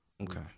Okay